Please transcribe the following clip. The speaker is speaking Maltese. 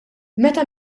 meta